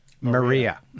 Maria